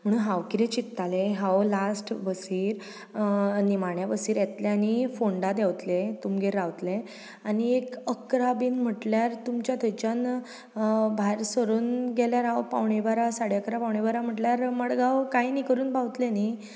म्हणून हांव कितें चिंततालें हांव लास्ट बसीर निमाण्या बसीर येतलें आनी फोंडा देंवतलें तुमगेर रावतलें आनी एक इकरा बीन म्हटल्यार तुमच्या थंयच्यान भायर सरून गेल्यार हांव पांवणे बारा साडे अकरा पांवणे बारा म्हटल्यार मडगांव कांय न्ही करून पावतलें न्ही